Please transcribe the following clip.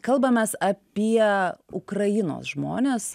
kalbamės apie ukrajinos žmones